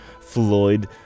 Floyd